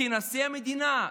כנשיא המדינה,